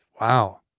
Wow